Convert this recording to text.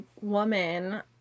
woman